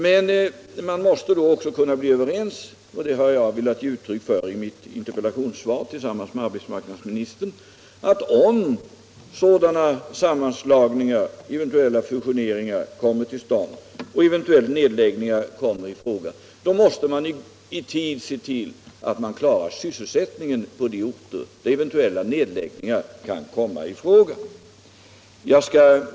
Men man måste då också kunna bli överens om — och det har jag velat ge uttryck för i mitt interpellationssvar tillsammans med arbetsmarknadsministern —- att om sådana sammanslagningar, eventuella fusioneringar, kommer till stånd och nedläggningar kommer i fråga måste vi i tid se till att vi klarar sysselsättningen för de berörda orterna.